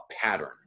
pattern